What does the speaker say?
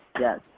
yes